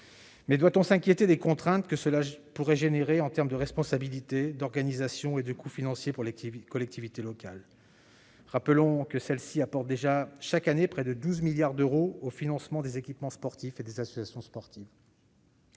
pour autant s'inquiéter des contraintes que cela pourrait induire en termes de responsabilité, d'organisation et de coût financier pour les collectivités locales ? Rappelons que celles-ci apportent déjà chaque année près de 12 milliards d'euros au financement des équipements sportifs et des associations sportives.